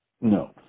No